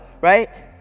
right